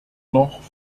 noch